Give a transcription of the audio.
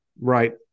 Right